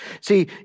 See